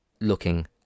looking